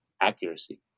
accuracy